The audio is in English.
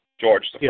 George